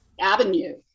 avenue